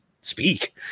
speak